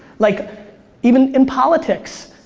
like even in politics,